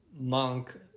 monk